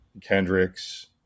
kendrick's